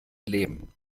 leben